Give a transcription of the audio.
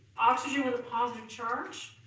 oxygen with a positive charge